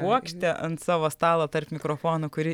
puokštę ant savo stalo tarp mikrofonų kuri